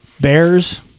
Bears